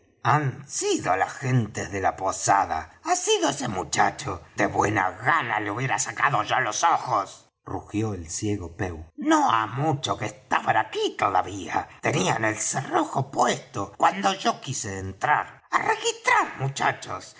han sido las gentes de la posada ha sido ese muchacho de buena gana le hubiera sacado yo los ojos rugió el ciego pew no ha mucho que estaban aquí todavía tenían el cerrojo puesto cuando yo quise entrar á registrar muchachos